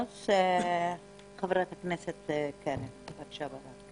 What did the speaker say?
חברת הכנסת קרן ברק, בבקשה.